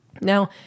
Now